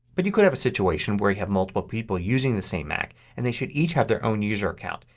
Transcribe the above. but you could have a situation where you have multiple people using the same mac and they should each have their own user account.